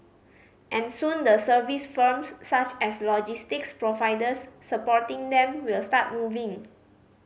and soon the service firms such as logistics providers supporting them will start moving